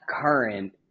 current